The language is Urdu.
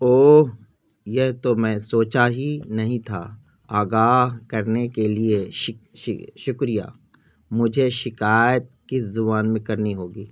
اوہ یہ تو میں سوچا ہی نہیں تھا آگاہ کرنے کے لیے شکریہ مجھے شکایت کس زبان میں کرنی ہوگی